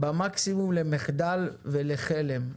במקסימום למחדל ולחלם.